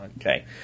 Okay